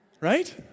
Right